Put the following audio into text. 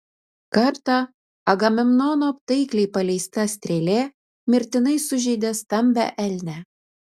kartą agamemnono taikliai paleista strėlė mirtinai sužeidė stambią elnę